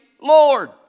Lord